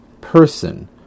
person